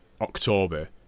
October